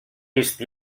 vist